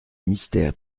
mystère